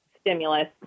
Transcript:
stimulus